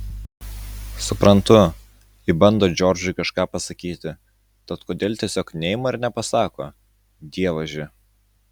suprantu ji bando džordžui kažką pasakyti tad kodėl tiesiog neima ir nepasako dievaži